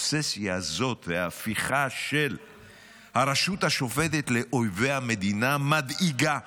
האובססיה הזאת וההפיכה של הרשות השופטת לאויבי המדינה מדאיגות מאוד.